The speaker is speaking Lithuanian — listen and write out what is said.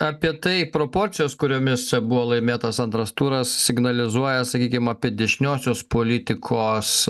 apie tai proporcijos kuriomis buvo laimėtas antras turas signalizuoja sakykim apie dešiniosios politikos